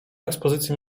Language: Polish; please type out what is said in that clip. ekspozycji